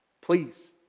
please